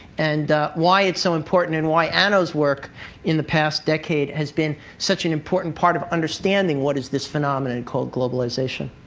and why it's so important, and why anna's work in the past decade has been such an important part of understanding what is this phenomenon called globalization.